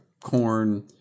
corn